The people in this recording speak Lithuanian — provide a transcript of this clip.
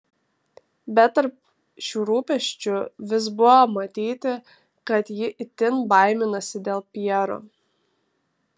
bet tarp šių rūpesčių vis buvo matyti kad ji itin baiminasi dėl pjero